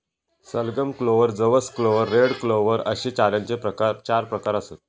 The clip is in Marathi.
सलगम, क्लोव्हर, जवस क्लोव्हर, रेड क्लोव्हर अश्ये चाऱ्याचे चार प्रकार आसत